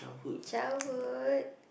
childhood